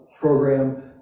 program